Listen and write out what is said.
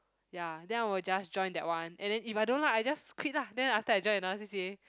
ya then I will just join that one and then if I don't like I just quit lah then after I join another C_C_A